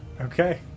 okay